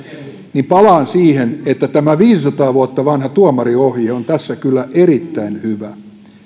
niin palaan siihen että tämä viisisataa vuotta vanha tuomarinohje on tässä kyllä erittäin hyvä että